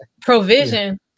provision